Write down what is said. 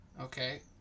Okay